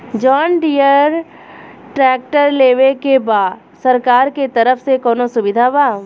John Deere tractor लेवे के बा सरकार के तरफ से कौनो सुविधा बा?